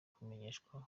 kumenyeshwa